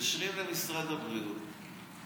מתקשרים למשרד הבריאות,